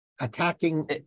attacking